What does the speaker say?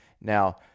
Now –